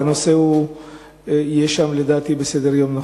שם הנושא יהיה לדעתי במקום הנכון בסדר-היום.